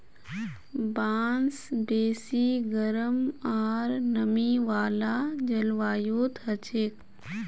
बांस बेसी गरम आर नमी वाला जलवायुत हछेक